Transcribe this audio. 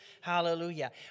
Hallelujah